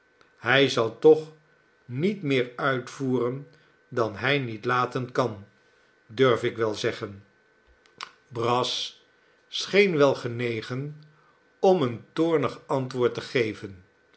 hij zal toch niet meer uitvoeren dan hij niet laten kan durf ik wel zeggen brass scheen wel genegen om een toornig antwoord te geven